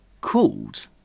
called